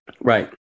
Right